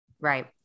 Right